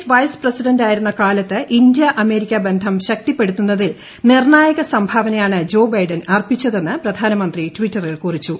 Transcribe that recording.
ആക്ട്രവ്സ് പ്രസിഡന്റായിരുന്ന കാലത്ത് India America ബ്സ്സ് ശക്തിപ്പെടുത്തുന്നതിൽ നിർണായക സംഭാവനയാണ് ജോബൈഡൻ അർപ്പിച്ചതെന്ന് പ്രധാനമന്ത്രി ടിറ്ററിൽ കുറിച്ചു